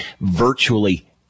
virtually